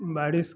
बारिश